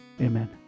Amen